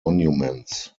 monuments